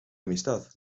amistad